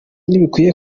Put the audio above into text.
ntibikwiye